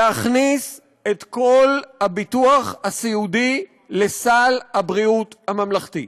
להכניס את כל הביטוח הסיעודי לסל הבריאות הממלכתי.